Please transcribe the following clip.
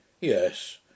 Yes